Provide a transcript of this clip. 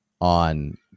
on